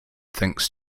thinks